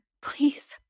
please